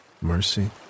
mercy